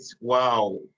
wow